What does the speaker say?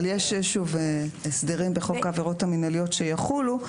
אבל יש הסדרים בחוק העבירות המינהליות שיחולו.